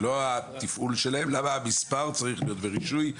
לא התפעול שלהם למה המספר צריך להיות ברישוי.